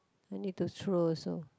I need to throw also